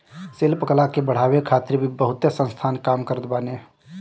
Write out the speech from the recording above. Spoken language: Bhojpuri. शिल्प कला के बढ़ावे खातिर भी बहुते संस्थान काम करत बाने